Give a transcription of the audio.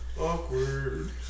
Awkward